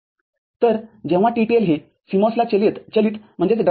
तर जेव्हा TTL हे CMOS ला चलितकरते